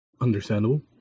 Understandable